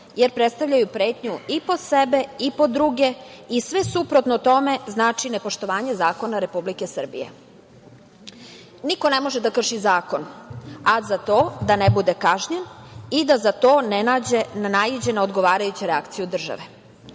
jer predstavljaju pretnju i po sebe i po druge i sve suprotno tome znači nepoštovanje zakona Republike Srbije. Niko ne može da krši zakon a da za to ne bude kažnjen i da za to ne naiđe na odgovarajuću reakciju države.